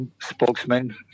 spokesman